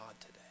today